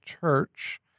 church